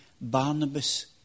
Barnabas